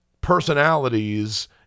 personalities